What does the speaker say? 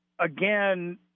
Again